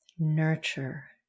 Nurture